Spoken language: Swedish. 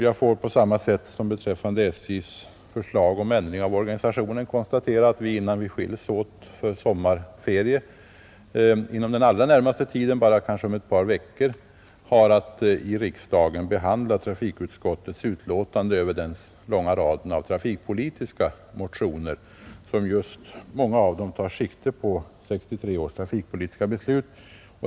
Jag får på samma sätt som beträffande SJ:s förslag om ändring av organisationen konstatera att innan vi skiljs åt för sommarferie — inom den allra närmaste tiden, kanske om bara ett par veckor — har vi att behandla trafikutskottets betänkande över den långa raden av trafikpolitiska motioner, av vilka många tar sikte just på 1963 års trafikpolitiska beslut.